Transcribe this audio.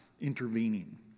intervening